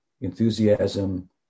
enthusiasm